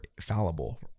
fallible